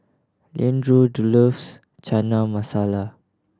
Leandro loves Chana Masala